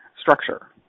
structure